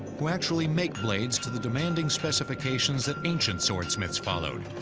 who actually make blades to the demanding specifications that ancient swordsmiths followed